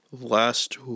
last